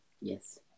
Yes